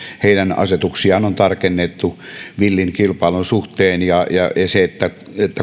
heidän asetuksiaan on tarkennettu villin kilpailun suhteen ja ja sen että